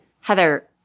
Heather